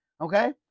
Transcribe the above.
Okay